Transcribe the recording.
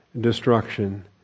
destruction